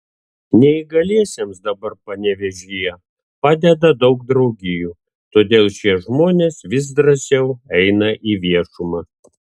neįgaliesiems dabar panevėžyje padeda daug draugijų todėl šie žmonės vis drąsiau eina į viešumą